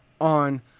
on